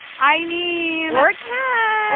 i mean, or a cat!